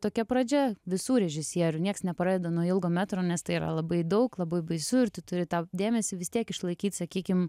tokia pradžia visų režisierių nieks nepradeda nuo ilgo metro nes tai yra labai daug labai baisu ir tu turi tą dėmesį vis tiek išlaikyt sakykim